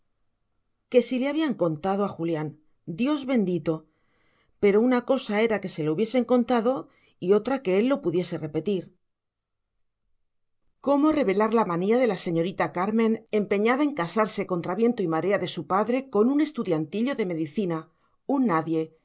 que si le habían contado a julián dios bendito pero una cosa era que se lo hubiesen contado y otra que él lo pudiese repetir cómo revelar la manía de la señorita carmen empeñada en casarse contra viento y marea de su padre con un estudiantillo de medicina un nadie